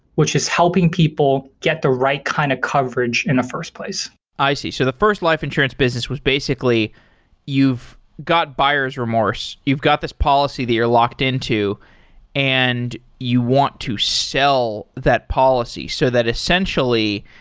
which is helping people get the right kind of coverage in the first place i see. so the first life insurance business was basically you've got buyer's remorse, you've got this policy that you're locked into and you want to sell that policy, so that essentially,